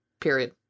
period